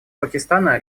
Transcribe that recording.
пакистана